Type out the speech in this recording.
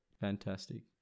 Fantastic